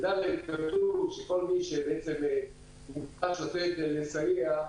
כל מי --- כדי לסייע,